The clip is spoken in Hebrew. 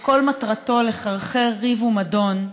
שכל מטרתו לחרחר ריב ומדון,